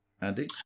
Andy